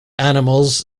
animals